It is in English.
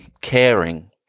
caring